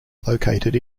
located